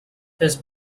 his